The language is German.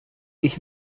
ich